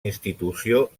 institució